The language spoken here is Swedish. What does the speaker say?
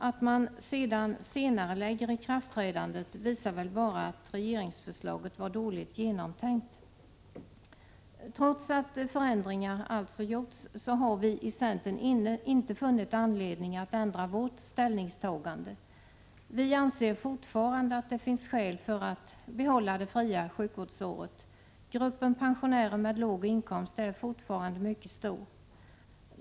Att man sedan senarelägger ikraftträdandet visar väl bara att regeringsförslaget var dåligt genomtänkt. Trots att förändringar gjorts har vi i centern inte funnit anledning att ändra vårt ställningstagande. Vi anser fortfarande att det finns skäl för att bibehålla det fria sjukvårdsåret. Gruppen pensionärer med låg inkomst är fortfarande mycket stor.